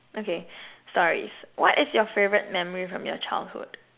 okay stories what is your favourite memory from your childhood